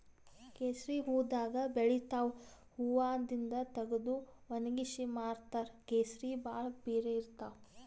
ಕೇಸರಿ ಹೂವಾದಾಗ್ ಬೆಳಿತಾವ್ ಹೂವಾದಿಂದ್ ತಗದು ವಣಗ್ಸಿ ಮಾರ್ತಾರ್ ಕೇಸರಿ ಭಾಳ್ ಪಿರೆ ಇರ್ತವ್